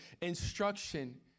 instruction